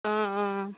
অঁ অঁ